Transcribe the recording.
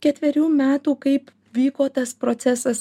ketverių metų kaip vyko tas procesas